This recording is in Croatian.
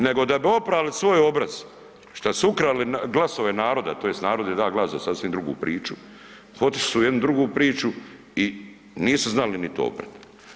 Nego da bi oprali svoj obraz šta su ukrali glasova naroda, tj. narod je dao glas za sasvim drugu priču, otišli u jednu drugu priču i nisu znali ni to oprat.